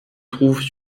trouvent